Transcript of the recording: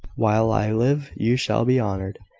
while i live you shall be honoured,